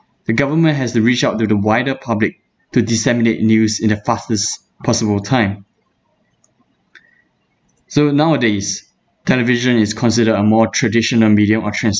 the government has to reach out to the wider public to disseminate news in the fastest possible time so nowadays television is considered a more traditional medium of